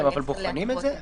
אתם בוחנים את זה?